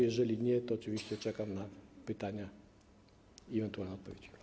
Jeżeli nie, to oczywiście czekam na pytania i ewentualne odpowiedzi.